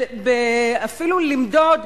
למדוד,